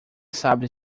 sabe